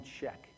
check